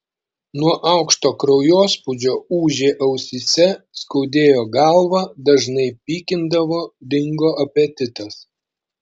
nuo aukšto kraujospūdžio ūžė ausyse skaudėjo galvą dažnai pykindavo dingo apetitas